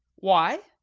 why?